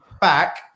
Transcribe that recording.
back